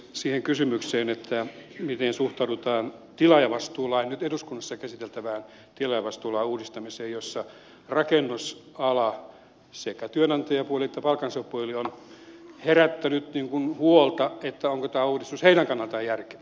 siihen kysymykseen miten suhtaudutaan nyt eduskunnassa käsiteltävään tilaajavastuulain uudistamiseen jossa rakennusalalla sekä työnantajapuolella että palkansaajapuolella on herännyt huoli siitä onko tämä uudistus heidän kannaltaan järkevä